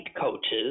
coaches